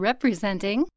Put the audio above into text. Representing